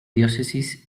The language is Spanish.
diócesis